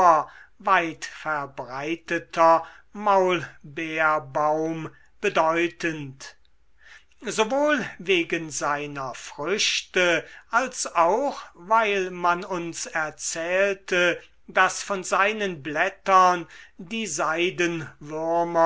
weitverbreiteter maulbeerbaum bedeutend sowohl wegen seiner früchte als auch weil man uns erzählte daß von seinen blättern die